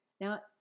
Now